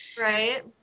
right